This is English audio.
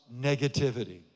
negativity